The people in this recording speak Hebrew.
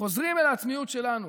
חוזרים אל העצמיות שלנו,